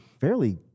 fairly